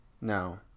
No